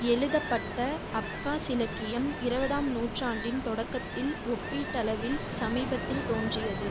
எழுதப்பட்ட அப்காஸ் இலக்கியம் இருவதாம் நூற்றாண்டின் தொடக்கத்தில் ஒப்பீட்டளவில் சமீபத்தில் தோன்றியது